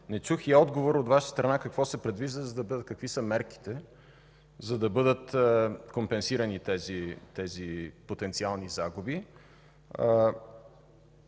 Не чух и отговор от Ваша страна, какво се предвижда – какви са мерките, за да бъдат компенсирани тези потенциални загуби.